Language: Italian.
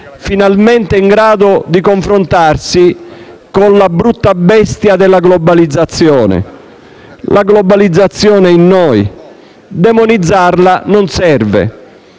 finalmente in grado di confrontarsi con la brutta bestia della globalizzazione. La globalizzazione è in noi, demonizzarla non serve;